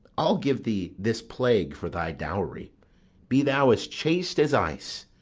i'll give thee this plague for thy dowry be thou as chaste as ice,